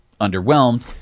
underwhelmed